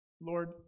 Lord